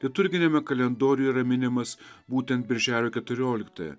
liturginiame kalendoriuje yra minimas būtent birželio keturioliktąją